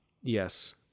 yes